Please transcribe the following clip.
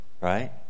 Right